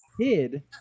Kid